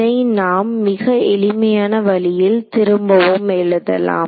இதை நாம் மிக எளிமையான வழியில் திரும்பவும் எழுதலாம்